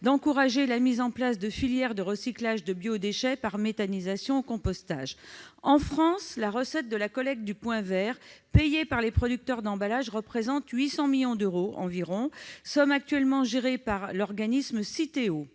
d'encourager la mise en place de filières de recyclage de biodéchets par méthanisation ou par compostage. En France, la recette de la collecte du « point vert », payée par les producteurs d'emballages, représente 800 millions d'euros environ. Cette somme est actuellement gérée par l'organisme Citeo.